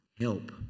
help